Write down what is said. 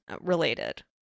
related